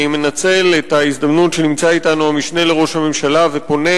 אני מנצל את ההזדמנות שנמצא אתנו המשנה לראש הממשלה ופונה